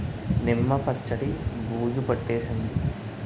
నిమ్మ పచ్చడి బూజు పట్టేసింది